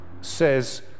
says